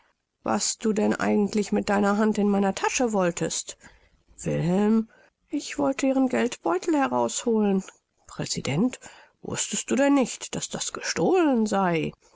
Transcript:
was du denn eigentlich mit deiner hand in meiner tasche wolltest wilhelm ich wollte ihren geldbeutel herausholen präsident wußtest du denn nicht daß das gestohlen sei